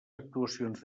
actuacions